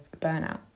burnout